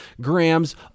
grams